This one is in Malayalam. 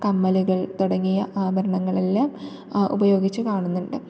കമ്മലുകൾ തുടങ്ങിയ ആഭരണങ്ങളെല്ലാം ഉപയോഗിച്ചു കാണുന്നുണ്ട്